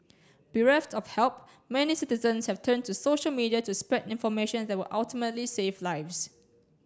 bereft of help many citizens have turned to social media to spread information that would ultimately save lives